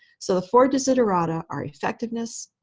so the four desiderata are effectiveness,